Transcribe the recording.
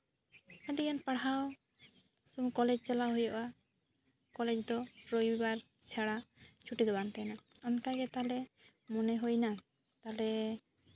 ᱟᱹᱰᱤᱜᱟᱱ ᱯᱟᱲᱦᱟᱣ ᱥᱮ ᱠᱚᱞᱮᱡᱽ ᱪᱟᱞᱟᱣ ᱦᱩᱭᱩᱜᱼᱟ ᱠᱚᱞᱮᱡᱽ ᱫᱚ ᱨᱚᱵᱤᱵᱟᱨ ᱪᱷᱟᱲᱟ ᱪᱷᱩᱴᱤᱜᱮ ᱵᱟᱝ ᱛᱟᱦᱮᱱᱟ ᱚᱱᱠᱟᱜᱮ ᱛᱟᱦᱞᱮ ᱢᱚᱱᱮ ᱦᱩᱭᱱᱟ ᱛᱟᱦᱚᱞᱮ